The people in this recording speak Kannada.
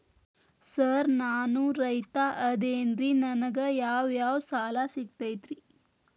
ಸರ್ ನಾನು ರೈತ ಅದೆನ್ರಿ ನನಗ ಯಾವ್ ಯಾವ್ ಸಾಲಾ ಸಿಗ್ತೈತ್ರಿ?